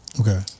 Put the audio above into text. okay